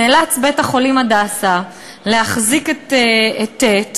נאלץ בית-החולים "הדסה" להחזיק את ט'